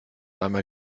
einmal